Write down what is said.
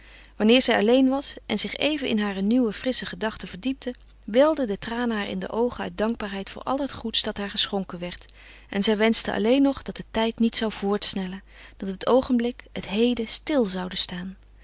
wanneer zij alleen was en zich even in hare nieuwe frissche gedachten verdiepte welden de tranen haar in de oogen uit dankbaarheid voor al het goeds dat haar geschonken werd en zij wenschte alleen nog dat de tijd niet zou voortsnellen dat het oogenblik het heden stil zoude staan